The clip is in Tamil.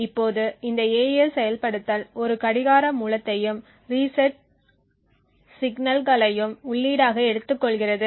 இப்போது இந்த AES செயல்படுத்தல் ஒரு கடிகார மூலத்தையும் ரீசெட் சிக்னல்களையும் உள்ளீடாக எடுத்துக்கொள்கிறது